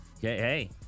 hey